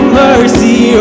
mercy